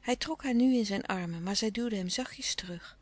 hij trok haar nu in zijn armen maar zij duwde hem zachtjes terug